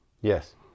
yes